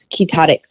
ketotic